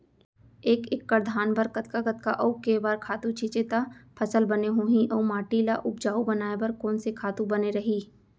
एक एक्कड़ धान बर कतका कतका अऊ के बार खातू छिंचे त फसल बने होही अऊ माटी ल उपजाऊ बनाए बर कोन से खातू बने रही?